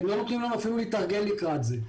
הם לא נותנים לנו אפילו להתארגן לקראת זה.